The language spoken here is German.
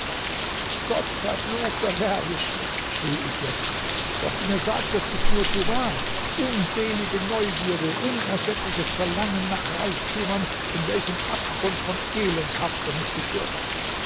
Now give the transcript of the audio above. gottverfluchter derwisch schrie ich jetzt was du mir sagtest ist nur zu wahr unselige neugierde unersättliches verlangen nach reichtümern in welchen abgrund von elend habt ihr mich gestürzt